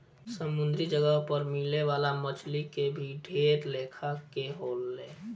समुंद्री जगह पर मिले वाला मछली के भी ढेर लेखा के होले